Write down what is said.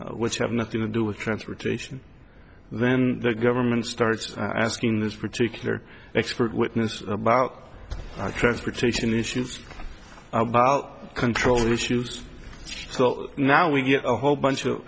issues which have nothing to do with transportation then the government starts asking this particular expert witness about transportation issues about control issues so now we get a whole bunch of